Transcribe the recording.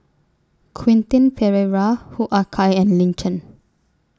Quentin Pereira Hoo Ah Kay and Lin Chen